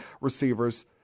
receivers